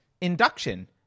induction